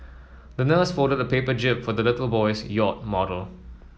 the nurse folded a paper jib for the little boy's yacht model